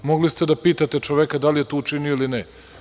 Mogli ste da pitate čoveka da li je to učinio ili ne.